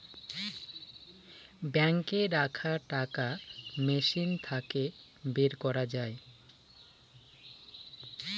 বাঙ্কে রাখা টাকা মেশিন থাকে বের করা যায়